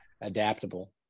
adaptable